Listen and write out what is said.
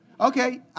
Okay